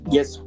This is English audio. Yes